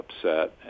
upset